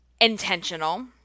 intentional